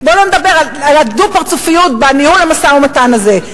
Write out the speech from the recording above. בואו לא נדבר על הדו-פרצופיות בניהול המשא-ומתן הזה.